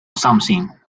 something